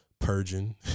purging